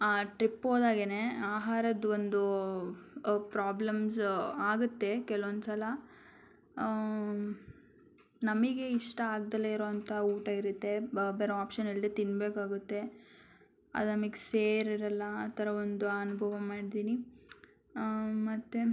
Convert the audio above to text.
ಆ ಟ್ರಿಪ್ ಹೋದಾಗೇನೇ ಆಹಾರದ್ದು ಒಂದು ಪ್ರಾಬ್ಲಮ್ಸ್ ಆಗುತ್ತೆ ಕೆಲವೊಂದ್ಸಲ ನಮಗೆ ಇಷ್ಟ ಆಗದಲೇ ಇರೋ ಅಂಥ ಊಟ ಇರುತ್ತೆ ಬೇರೆ ಆಪ್ಷನ್ ಇಲ್ಲದೆ ತಿನ್ನಬೇಕಾಗತ್ತೆ ಅದು ನಮಗ್ ಸೇರಿರೋಲ್ಲ ಆ ಥರ ಒಂದು ಅನುಭವ ಮಾಡಿದ್ದೀನಿ ಮತ್ತು